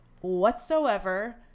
whatsoever